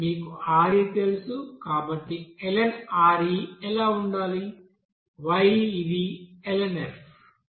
మీకు Re తెలుసు కాబట్టి lnRe ఎలా ఉండాలి y ఇది lnf